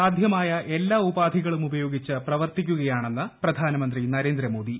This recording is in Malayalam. സാധ്യമായ എല്ലാ ഉപാധികളുപയോഗിച്ച് പ്രവർത്തിക്കുകയാണെന്ന് പ്രധാനമന്ത്രി നരേന്ദ്ര മോദി